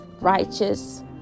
righteous